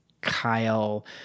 Kyle